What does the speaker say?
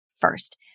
first